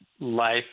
life